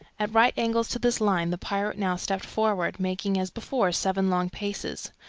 at right angles to this line the pirate now stepped forward, making as before seven long paces.